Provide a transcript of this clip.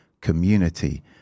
community